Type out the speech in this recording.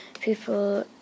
people